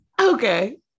okay